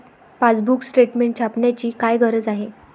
Passbook statement छापण्याची काय गरज आहे?